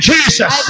Jesus